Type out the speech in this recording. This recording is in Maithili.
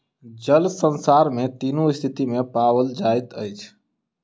जल संसार में तीनू स्थिति में पाओल जाइत अछि